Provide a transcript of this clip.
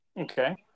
Okay